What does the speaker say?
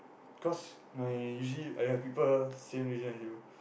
cause my usually I have people same religion as you